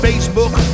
Facebook